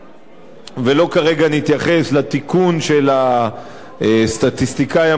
ולא נתייחס כרגע לתיקון של הסטטיסטיקאי הממשלתי,